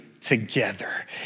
together